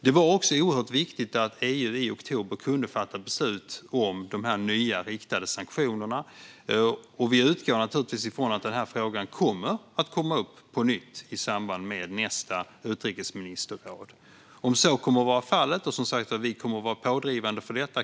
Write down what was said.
Det var oerhört viktigt att EU i oktober kunde fatta beslut om nya riktade sanktioner, och vi utgår naturligtvis ifrån att frågan kommer att komma upp på nytt i samband med nästa utrikesministerråd. Jag kan försäkra Håkan Svenneling i denna debatt att vi som sagt kommer att vara pådrivande för detta.